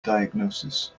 diagnosis